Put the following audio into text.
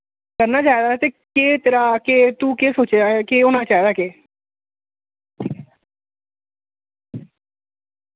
करना चाहिदा ते केह् तेरा केह् तू केह् सोच्चेआ ऐ केह् होना चाहिदा केह्